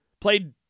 played